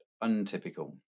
untypical